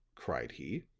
cried he.